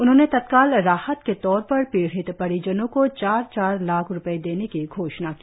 उन्होंने तत्काल राहत के तौर पर पीड़ित परिजनों को चार चार लाख रुपए देने की घोषणा की